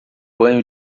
banho